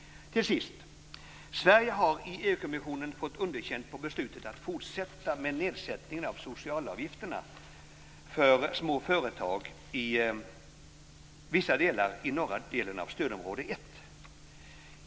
Till sist: Sverige har i EU-kommissionen fått underkänt på beslutet att fortsätta med nedsättning av socialavgifterna för små företag i vissa trakter av norra delen av stödområde 1.